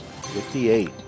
58